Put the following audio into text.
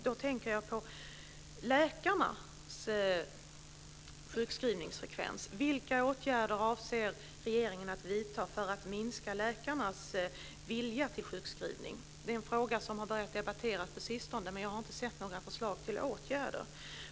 Då tänker jag på läkarnas sjukskrivningsfrekvens. Vilka åtgärder avser regeringen att vidta för att minska läkarnas vilja att sjukskriva? Det är en fråga som har börjat debatteras på sistone, men jag har inte sett några förslag till åtgärder.